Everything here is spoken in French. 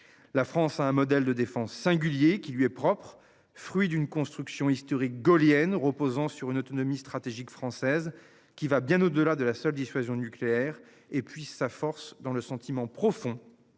La France a un modèle de défense singulier qui lui est propre. Fruit d'une construction historique gaullienne, reposant sur une autonomie stratégique française qui va bien au-delà de la seule dissuasion nucléaire et puis sa force dans le sentiment profond